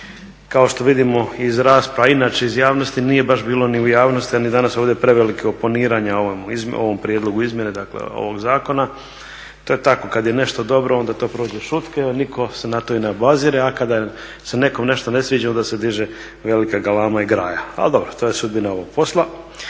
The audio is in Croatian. Kao što vidimo iz rasprave a inače iz javnosti nije baš bilo ni u javnosti a ni danas ovdje prevelikog oponiranja ovom prijedlogu izmjene dakle ovog zakona. To je tako kada je nešto dobro onda to prođe šutke a niko se na to i ne obazire a kada se nekom nešto ne sviđa onda se diže velika galama i graja. Ali dobro to je sudbina ovog posla.